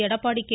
Edappadi K